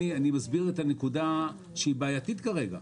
אני מסביר את הנקודה שהיא בעייתית כרגע.